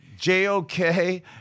JOK